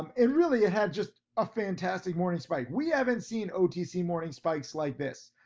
um it really ah had just a fantastic morning spike. we haven't seen otc morning spikes like this.